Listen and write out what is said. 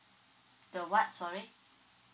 the what sorry